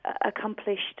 accomplished